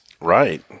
Right